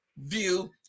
view